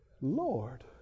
Lord